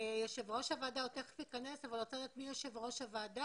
יושב ראש הוועדה תכף ייכנס אבל הוא רצה לדעת מי יושב ראש הוועדה,